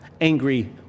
angry